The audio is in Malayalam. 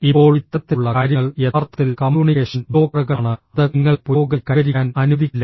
ഇപ്പോൾ ഇത്തരത്തിലുള്ള കാര്യങ്ങൾ യഥാർത്ഥത്തിൽ കമ്മ്യൂണിക്കേഷൻ ബ്ലോക്കറുകളാണ് അത് നിങ്ങളെ പുരോഗതി കൈവരിക്കാൻ അനുവദിക്കില്ല